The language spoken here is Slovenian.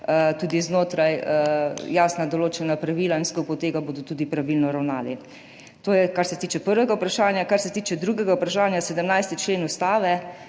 tudi znotraj jasno določena pravila in bodo v sklopu tega tudi pravilno ravnali. To je, kar se tiče prvega vprašanja. Kar se tiče drugega vprašanja, 17. člen Ustave.